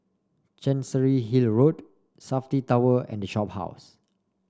Chancery Hill Road Safti Tower and Shophouse